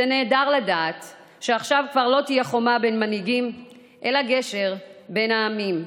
זה נהדר לדעת שעכשיו כבר לא תהיה חומה בין מנהיגים אלא גשר בין העמים.